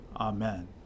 Amen